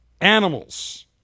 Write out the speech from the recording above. Animals